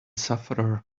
sufferer